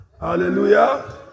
Hallelujah